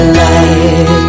light